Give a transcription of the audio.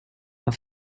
her